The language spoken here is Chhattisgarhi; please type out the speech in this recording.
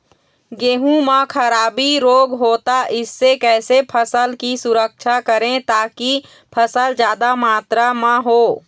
गेहूं म खराबी रोग होता इससे कैसे फसल की सुरक्षा करें ताकि फसल जादा मात्रा म हो?